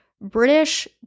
British